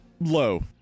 Low